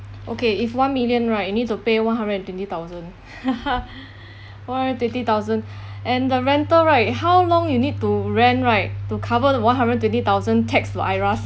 okay if one million right you need to pay one hundred and twenty thousand or thirty thousand and the rental right how long you need to rent right to cover the one hundred twenty thousand tax or IRAS